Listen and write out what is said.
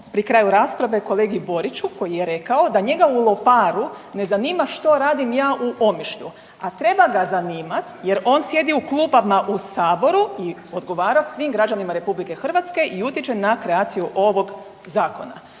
pri kraju rasprave kolegi Boriću koji je rekao da njega u Loparu ne zanima što radim ja u Omišlju, a treba ga zanimati jer on sjedi u klupama u Saboru i odgovara svim građanima RH i utječe na kreaciju ovog Zakona.